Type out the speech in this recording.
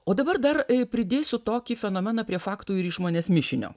o dabar dar pridėsiu tokį fenomeną prie faktų ir išmonės mišinio